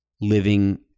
living